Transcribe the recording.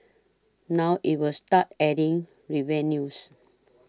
now it will start adding revenues